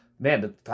Man